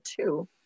two